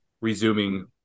resuming